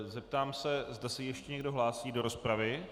Zeptám se, zda se ještě někdo hlásí do rozpravy.